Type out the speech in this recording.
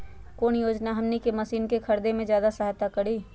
कौन योजना हमनी के मशीन के खरीद में ज्यादा सहायता करी?